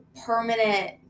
permanent